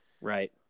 Right